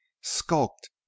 skulked